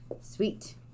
Sweet